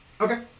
Okay